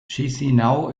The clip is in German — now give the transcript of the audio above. chișinău